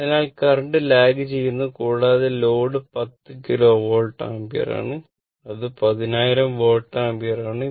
അതിനാൽ current lag ചെയ്യുന്നു കൂടാതെ ലോഡ് 10 കിലോ വോൾട്ട് ആമ്പിയർ ആണ് അത് 10000 വോൾട്ട് ആമ്പിയർ ആണ്